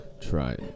Try